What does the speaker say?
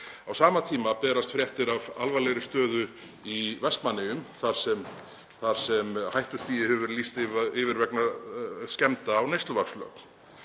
Á sama tíma berast fréttir af alvarlegri stöðu í Vestmannaeyjum þar sem hættustigi hefur verið lýst yfir vegna skemmda á neysluvatnslögn.